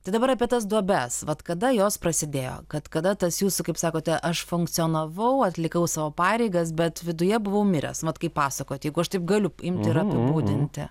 tai dabar apie tas duobes vat kada jos prasidėjo kad kada tas jūsų kaip sakote aš funkcionavau atlikau savo pareigas bet viduje buvau miręs vat kaip pasakojot jeigu aš taip galiu imt ir apibūdinti